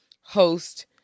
host